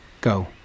Go